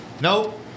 Nope